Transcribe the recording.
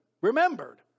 remembered